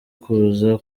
kuza